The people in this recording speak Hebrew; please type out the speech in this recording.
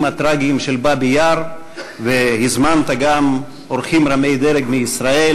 הטרגיים של באבי-יאר והזמנת גם אורחים רמי דרג מישראל,